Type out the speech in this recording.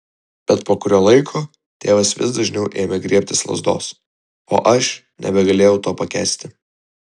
bet po kurio laiko tėvas vis dažniau ėmė griebtis lazdos o aš nebegalėjau to pakęsti